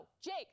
Jake